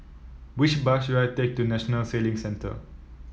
which bus should I take to National Sailing Centre